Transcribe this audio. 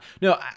No